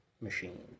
machine